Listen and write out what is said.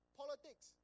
politics